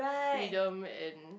freedom and